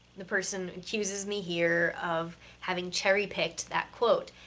the person accuses me here of having cherry-picked that quote,